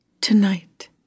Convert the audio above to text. tonight